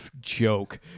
joke